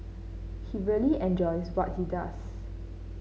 he really enjoys what he does